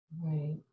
right